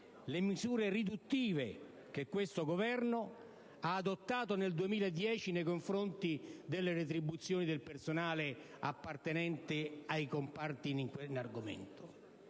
le misure riduttive che questo Governo aveva adottato nel 2010 nei confronti delle retribuzioni del personale appartenente ai comparti in argomento.